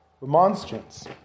remonstrance